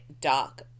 dark